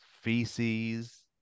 Feces